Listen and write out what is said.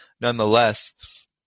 nonetheless